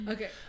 Okay